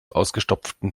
ausgestopften